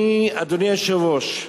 אדוני היושב-ראש,